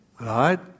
Right